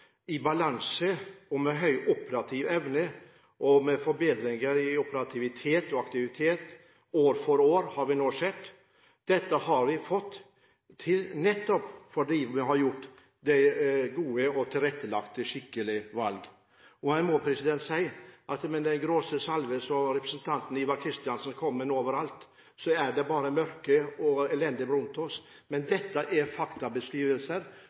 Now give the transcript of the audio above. i balanse, med høy operativ evne og med forbedringer i operativitet og aktivitet år for år, har vi nå sett. Dette har vi fått til nettopp fordi vi har gjort gode, tilrettelagte og skikkelige valg. Jeg må si at med den grove salven som representanten Ivar Kristiansen kom med nå, skulle man tro det bare var mørke og elendighet rundt oss. Men dette er faktabeskrivelser,